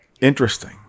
interesting